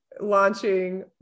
launching